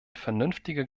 vernünftiger